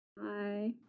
Hi